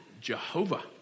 Jehovah